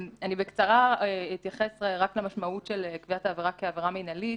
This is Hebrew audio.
אני בקצרה אתייחס למשמעות של קביעת העבירה כעבירה מינהלית.